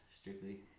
Strictly